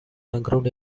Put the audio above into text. background